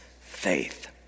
faith